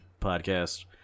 podcast